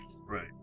right